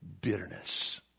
bitterness